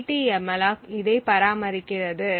ptmalloc இதை பராமரிக்கிறது